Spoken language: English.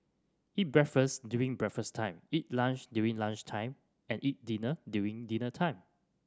eat breakfast during breakfast time eat lunch during lunch time and eat dinner during dinner time